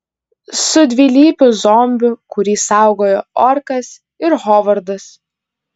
su dvilypiu zombiu kurį saugojo orkas ir hovardas